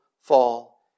fall